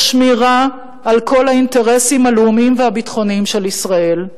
שמירה על כל האינטרסים הלאומיים והביטחוניים של ישראל.